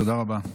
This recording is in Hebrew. תודה רבה.